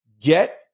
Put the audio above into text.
get